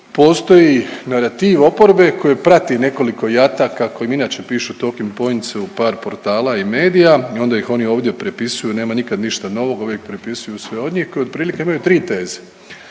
postoji narativ oporbe koji prati nekoliko jataka kojim inače pišu take in points u par portala i medija i onda in oni ovdje prepisuju, nema nikad ništa novog, uvijek prepisuju sve od njih koji otprilike imaju tri teze.